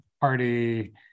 party